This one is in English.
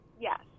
Yes